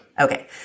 Okay